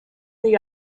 the